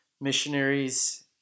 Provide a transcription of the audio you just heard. missionaries